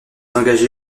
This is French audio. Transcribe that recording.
engagé